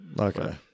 Okay